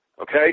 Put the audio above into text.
Okay